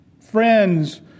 friends